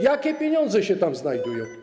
Jakie pieniądze się tam znajdują?